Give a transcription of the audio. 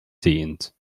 scenes